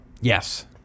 Yes